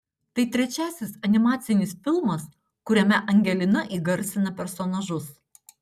tai trečiasis animacinis filmas kuriame angelina įgarsina personažus